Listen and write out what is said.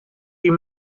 you